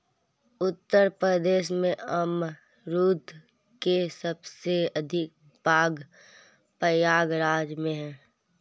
उत्तर प्रदेश में अमरुद के सबसे अधिक बाग प्रयागराज में है